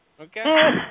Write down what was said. Okay